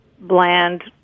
bland